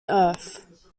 earth